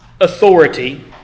authority